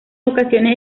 ocasiones